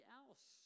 else